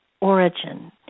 origin